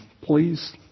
please